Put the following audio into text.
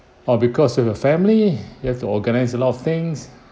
oh because you have a family you have to organise a lot of things